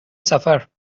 سفر